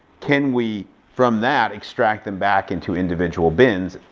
can we, from that, extract them back into individual bins?